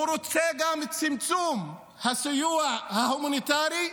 הוא רוצה גם צמצום הסיוע ההומניטרי,